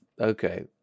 okay